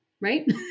Right